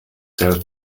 sell